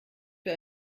für